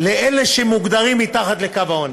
לאלה שמוגדרים מתחת לקו העוני.